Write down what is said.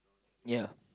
ya